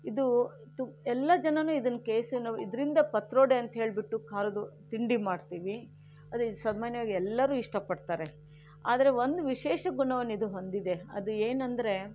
ಇದು ಎಲ್ಲ ಜನಾನೂ ಇದನ್ನು ಕೆಸು ಇದರಿಂದ ಪತ್ರೊಡೆ ಅಂತ ಹೇಳಿಬಿಟ್ಟು ಖಾರದ್ದು ತಿಂಡಿ ಮಾಡ್ತೀವಿ ಅದೇ ಸಾಮಾನ್ಯವಾಗಿ ಎಲ್ಲರೂ ಇಷ್ಟಪಡ್ತಾರೆ ಆದರೆ ಒಂದು ವಿಶೇಷ ಗುಣವನ್ನು ಇದು ಹೊಂದಿದೆ ಅದು ಏನೆಂದರೆ